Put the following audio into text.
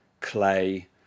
clay